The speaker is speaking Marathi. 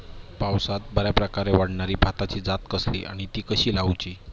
पावसात बऱ्याप्रकारे वाढणारी भाताची जात कसली आणि ती कशी लाऊची?